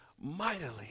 mightily